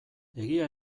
egia